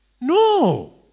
No